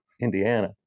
Indiana